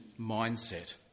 mindset